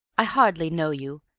i hardly know you.